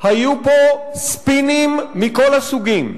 היו פה ספינים מכל הסוגים: